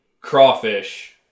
crawfish